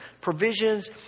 provisions